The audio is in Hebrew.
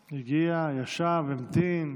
הגיע, ישב, המתין.